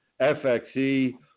FXE